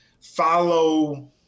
follow